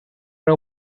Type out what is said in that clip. era